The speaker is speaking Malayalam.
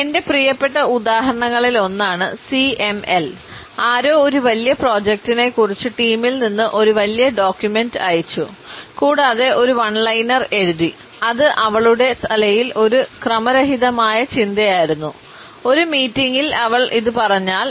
എന്റെ പ്രിയപ്പെട്ട ഉദാഹരണങ്ങളിലൊന്നാണ് സിഎംഎൽ ആരോ ഒരു വലിയ പ്രോജക്റ്റിനെക്കുറിച്ച് ടീമിൽ നിന്ന് ഒരു വലിയ ഡോക്യുമെൻറ്റ് അയച്ചു കൂടാതെ ഒരു വൺ ലൈനർ എഴുതി അത് അവളുടെ തലയിൽ ഒരു ക്രമരഹിതമായ ചിന്തയായിരുന്നു ഒരു മീറ്റിംഗിൽ അവൾ ഇത് പറഞ്ഞാൽ